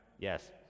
Yes